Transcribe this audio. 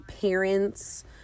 parents